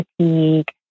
fatigue